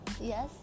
Yes